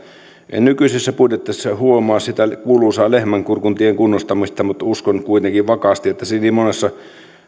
en nykyisessä budjetissa huomaa sitä kuuluisaa lehmänkurkuntien kunnostamista mutta uskon kuitenkin vakaasti että niin monessa